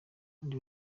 abandi